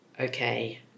okay